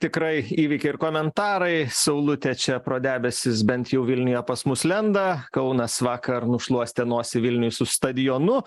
tikrai įvykiai ir komentarai saulutė čia pro debesis bent jau vilniuje pas mus lenda kaunas vakar nušluostė nosį vilniuj su stadionu